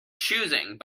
choosing